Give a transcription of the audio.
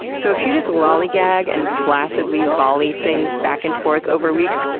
so if you just lollygag and flaccidly volley things back and forth over weeks,